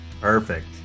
perfect